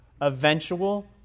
eventual